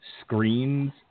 screens